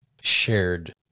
shared